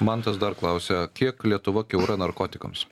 mantas dar klausia kiek lietuva kiaura narkotikams